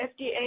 FDA